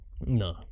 no